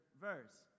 verse